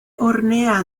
hornea